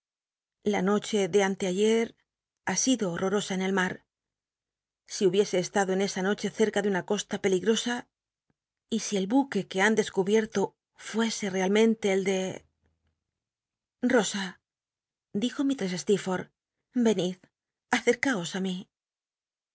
la noche de anteayc ha sido horrorosa en el mar si hubiese estado en esa noche cerca de una costa peligrosa y si el buque que han clescubicrto fuese realmente el de cnid accr h y hosa dijo mistrcss stcerforl caos i mi